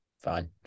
Fine